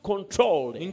controlled